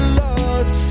lost